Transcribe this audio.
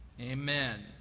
amen